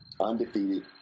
undefeated